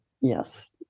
Yes